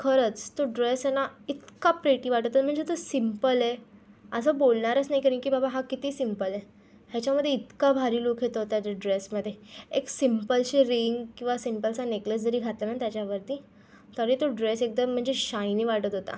खरंच तो ड्रेस आहे ना इतका प्रिटी वाटत होता म्हणजे तो सिम्पल आहे असं बोलणारच नाही करण की बाबा हा किती सिम्पल आहे हेच्यामध्ये इतका भारी लूक येत होता जे ड्रेसमध्ये एक सिम्पलशी रिंग किंवा सिम्पलसा नेकलेस जरी घातला ना त्याच्यावरती तरी तो ड्रेस एकदम म्हणजे शायनी वाटत होता